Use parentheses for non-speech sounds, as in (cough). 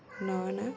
(unintelligible)